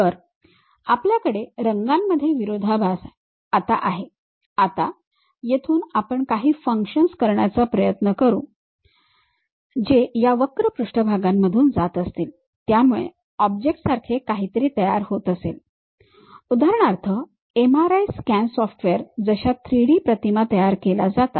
तर आपल्याकडे रांगांमध्ये विरोधाभास आता आहे आता येथून आपण काही फंक्शन्स करण्याचा प्रयत्न करू जे या वक्र पृष्ठभागांमधून जात असतील ज्यामुळे ऑब्जेक्ट सारखे काहीतरी तयार होत असेल उदाहरणार्थ MRI स्कॅन सॉफ्टवेअरद्वारे जशा 3D प्रतिमा तयार केल्या जातात